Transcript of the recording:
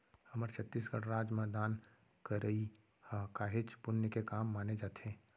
हमर छत्तीसगढ़ राज म दान करई ह काहेच पुन्य के काम माने जाथे